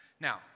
Now